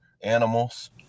animals